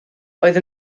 oedd